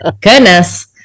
Goodness